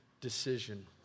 decision